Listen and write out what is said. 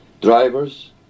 drivers